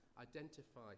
identify